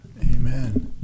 Amen